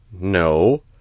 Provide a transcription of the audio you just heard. No